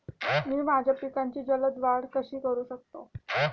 मी माझ्या पिकांची जलद वाढ कशी करू शकतो?